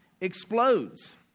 explodes